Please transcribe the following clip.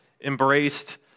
embraced